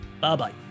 Bye-bye